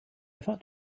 thought